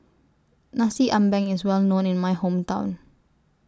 Nasi Ambeng IS Well known in My Hometown